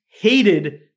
hated